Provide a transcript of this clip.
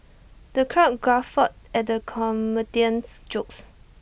the crowd guffawed at the comedian's jokes